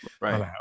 Right